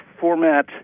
format